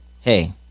Hey